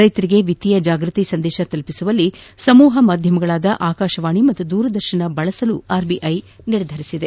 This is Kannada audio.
ರೈತರಿಗೆ ವಿತ್ತೀಯ ಜಾಗೃತಿ ಸಂದೇಶ ತಲುಪಿಸುವಲ್ಲಿ ಸಮೂಹ ಮಾಧ್ಯಮಗಳಾದ ಆಕಾಶವಾಣಿ ಮತ್ತು ದೂರದರ್ಶನ ಬಳಸಲು ಆರ್ಬಿಐ ನಿರ್ಧರಿಸಿದೆ